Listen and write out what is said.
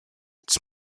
its